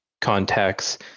contacts